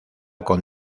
con